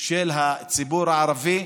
של הציבור הערבי.